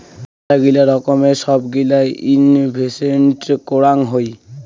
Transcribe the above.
মেলাগিলা রকমের সব গিলা ইনভেস্টেন্ট করাং হই